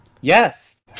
Yes